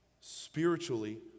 Spiritually